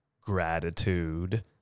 gratitude